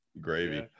gravy